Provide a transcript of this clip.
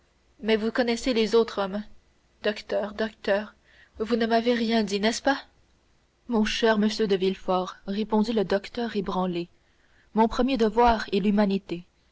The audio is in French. mais vous connaissez les autres hommes docteur docteur vous ne m'avez rien dit n'est-ce pas mon cher monsieur de villefort répondit le docteur ébranlé mon premier devoir est l'humanité